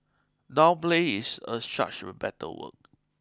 downplay is a such better word